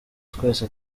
twese